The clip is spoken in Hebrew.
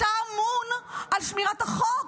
אתה אמון על שמירת החוק,